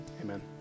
Amen